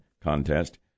contest